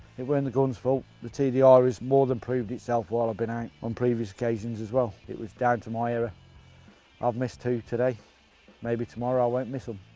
it wasn't the guns fault, the tdr is more than proved itself while i've been out on previous occasions as well it was down to my error i've missed two today maybe tomorrow i won't miss them.